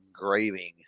engraving